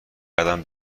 قدم